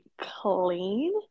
clean